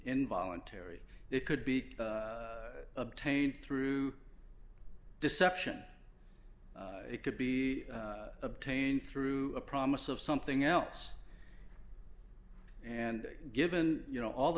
involuntary it could be obtained through deception it could be obtained through a promise of something else and given you know all the